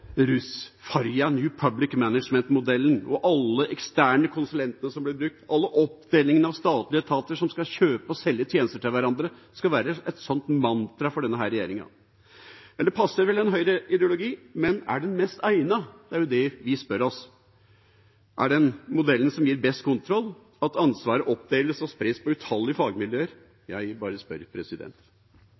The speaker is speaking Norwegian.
New Public Management-modellen og alle de eksterne konsulentene som blir brukt, all oppdelingen av statlige etater som skal kjøpe og selge tjenester til hverandre, skal være et sånt mantra for denne regjeringa. Det passer vel en høyreideologi, men er den mest egnet? Det er det vi spør oss. Er det den modellen som gir best kontroll, at ansvaret oppdeles og spres på utallige fagmiljøer? Jeg bare spør.